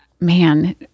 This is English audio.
man